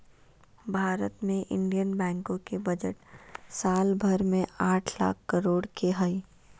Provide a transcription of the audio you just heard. भारत मे इन्डियन बैंको के बजट साल भर मे आठ लाख करोड के हय